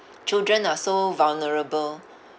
children are so vulnerable